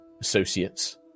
associates